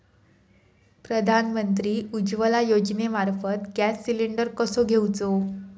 प्रधानमंत्री उज्वला योजनेमार्फत gas cylinder कसो घेऊचो?